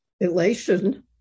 elation